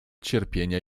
cierpienia